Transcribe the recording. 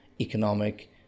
economic